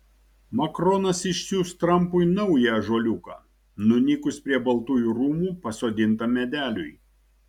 makronas išsiųs trampui naują ąžuoliuką nunykus prie baltųjų rūmų pasodintam medeliui